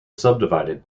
subdivided